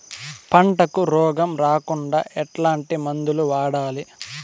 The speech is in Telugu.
పంటకు రోగం రాకుండా ఎట్లాంటి మందులు వాడాలి?